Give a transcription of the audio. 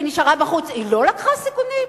וכשהיא נשארה בחוץ היא לא לקחה סיכונים?